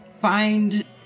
find